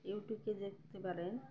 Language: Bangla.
ইউটিউবে দেখতে পারেন